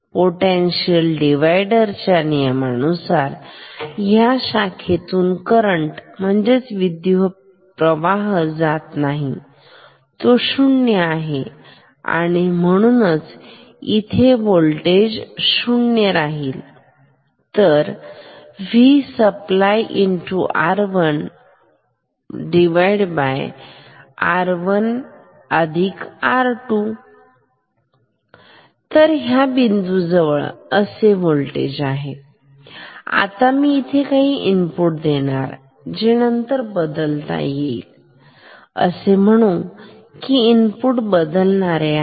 potential divider potential devider च्या नियमानुसार ह्या शाखेतून करंट विद्युतप्रवाह जात नाही तो शुन्य आहे आणि म्हणूनच इथे व्होल्टेज 0 राहीलतर Vsupply R1R1R2 तर ह्या बिंदूजवळ असे व्होल्टेज आहे आता मी इथे काही इनपुट देणार जे नंतर बदलता येईल असे म्हणू की इनपुट बदलणारे आहे